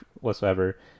whatsoever